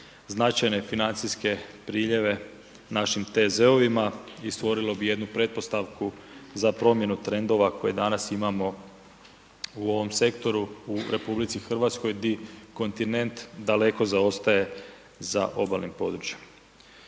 značilo financijske priljeve našem TZ-ovima i stvorilo bi jednu pretpostavku za promjenu trendova koje danas imamo u ovom sektoru u RH di kontinent daleko zaostaje za obalnim područjem.